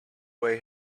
way